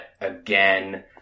again